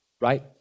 right